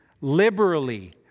liberally